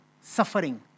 suffering